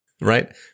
Right